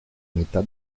mitad